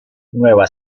nueva